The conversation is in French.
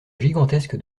gigantesque